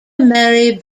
mary